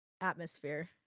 atmosphere